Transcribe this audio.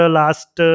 last